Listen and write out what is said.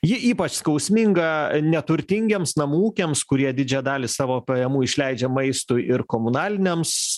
ji ypač skausminga neturtingiems namų ūkiams kurie didžiąją dalį savo pajamų išleidžia maistui ir komunaliniams